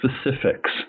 specifics